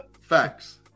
Facts